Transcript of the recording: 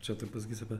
čia taip pasakysiu apie